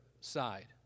side